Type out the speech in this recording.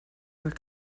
were